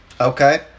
Okay